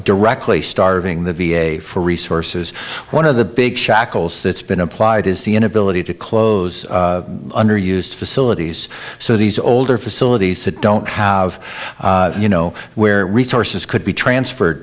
directly starving the v a for resources one of the big shackles that's been applied is the inability to close under used facilities so these older facilities that don't have you know where resources could be transferred